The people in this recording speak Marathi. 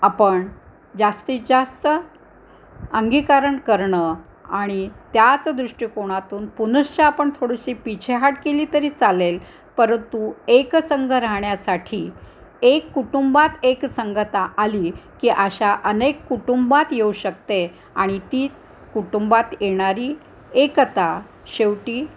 आपण जास्तीत जास्त अंगीकरण करणं आणि त्याच दृष्टिकोणातून पुनःश्च आपण थोडीशी पिछेहाट केली तरी चालेल परंतु एक संघ राहण्यासाठी एक कुटुंबात एकसंगता आली की अशा अनेक कुटुंबात येऊ शकते आणि तीच कुटुंबात येणारी एकता शेवटी